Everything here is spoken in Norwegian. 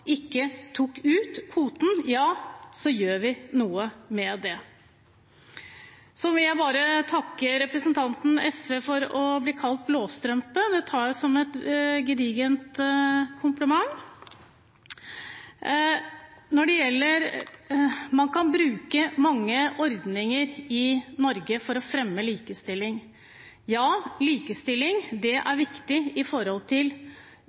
ikke tok ut kvoten, gjør vi noe med det. Så vil jeg bare takke representanten fra SV for å bli kalt blåstrømpe. Det tar jeg som et gedigent kompliment. Man kan bruke mange ordninger i Norge for å fremme likestilling. Ja, likestilling er viktig med tanke på foreldrepenger og hvordan vi disponerer dem, men det